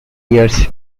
years